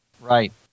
Right